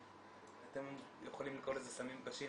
אתם יכולים לקרוא לזה סמים קשים,